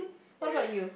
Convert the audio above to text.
what about you